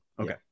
Okay